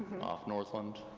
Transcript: off northland,